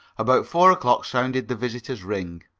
about four o'clock sounded the visitor's ring.